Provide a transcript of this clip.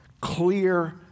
clear